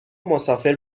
مسافر